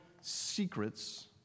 secrets